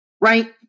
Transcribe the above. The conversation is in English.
right